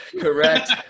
correct